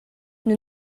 nous